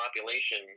population